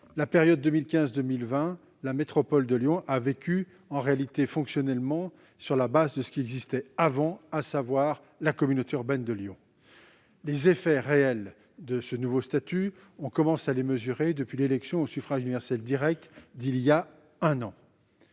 Entre 2015 et 2020, la métropole de Lyon a vécu, en réalité, fonctionnellement, sur la base de ce qui existait avant, à savoir la communauté urbaine de Lyon. Les effets réels du nouveau statut peuvent se mesurer depuis l'élection au suffrage universel direct d'il y a un an.